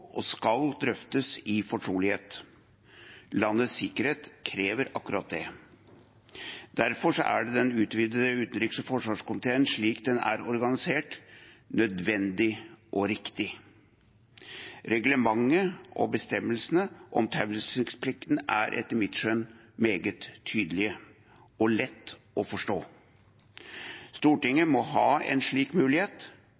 og skal drøftes i fortrolighet. Landets sikkerhet krever akkurat det. Derfor er den utvidete utenriks- og forsvarskomité, slik den er organisert, nødvendig og riktig. Reglementet og bestemmelsene om taushetsplikten er etter mitt skjønn meget tydelige og lett å forstå.